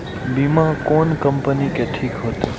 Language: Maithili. बीमा कोन कम्पनी के ठीक होते?